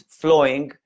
flowing